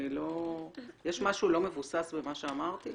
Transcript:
יש משהו לא מבוסס במה שאמרתי?